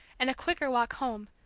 and a quicker walk home,